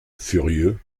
furieux